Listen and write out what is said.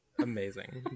Amazing